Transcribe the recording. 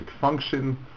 function